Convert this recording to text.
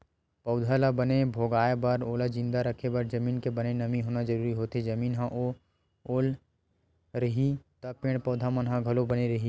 पउधा ल बने भोगाय बर ओला जिंदा रखे बर जमीन के बने नमी होना जरुरी होथे, जमीन ह ओल रइही त पेड़ पौधा मन ह घलो बने रइही